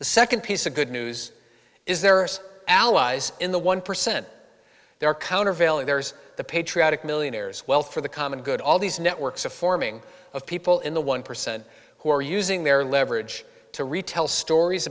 the second piece of good news is there are allies in the one percent there are countervailing there's the patriotic millionaires wealth for the common good all these networks of forming of people in the one percent who are using their leverage to retell stories